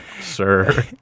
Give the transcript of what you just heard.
sir